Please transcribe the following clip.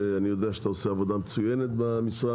ואני יודע שאתה עושה עבודה מצוינת במשרד,